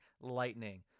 Lightning